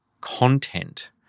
content